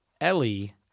Ellie